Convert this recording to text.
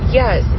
yes